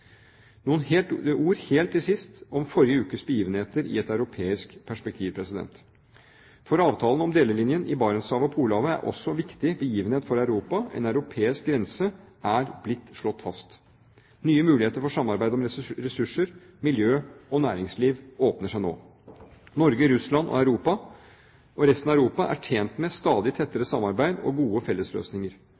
ord helt til sist om forrige ukes begivenheter i et europeisk perspektiv. Avtalen om delelinjen i Barentshavet og Polhavet er også en viktig begivenhet for Europa – en europeisk grense er blitt slått fast. Nye muligheter for samarbeid om ressurser, miljø og næringsliv åpner seg nå. Norge, Russland og resten av Europa er tjent med stadig tettere samarbeid og gode fellesløsninger.